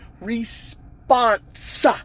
response